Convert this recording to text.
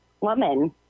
woman